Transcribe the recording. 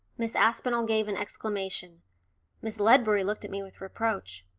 miss aspinall gave an exclamation miss ledbury looked at me with reproach.